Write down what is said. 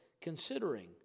considering